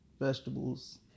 vegetables